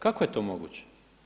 Kako je to moguće?